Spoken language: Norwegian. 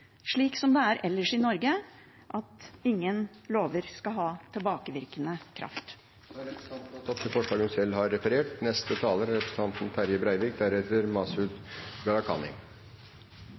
slik som det er ellers i Norge, at ingen lover skal ha tilbakevirkende kraft. Representanten Karin Andersen har tatt opp det forslaget hun refererte til. Til daddelforslaget: Debatten har